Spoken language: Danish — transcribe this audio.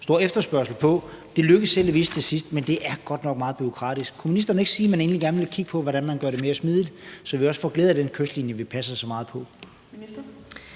store efterspørgsel på. Det lykkedes heldigvis til sidst. Men det er godt nok meget bureaukratisk. Kunne ministeren ikke sige, at man egentlig gerne vil kigge på, hvordan man gør det mere smidigt, så vi også får glæde af den kystlinje, som vi passer så meget på?